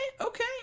okay